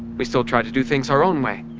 we still try to do things our own way.